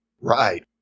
Right